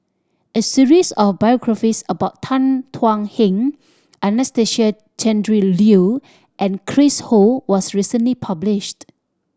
a series of biographies about Tan Thuan Heng Anastasia Tjendri Liew and Chris Ho was recently published